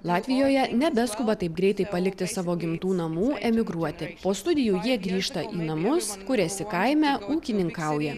latvijoje nebeskuba taip greitai palikti savo gimtų namų emigruoti po studijų jie grįžta į namus kuriasi kaime ūkininkauja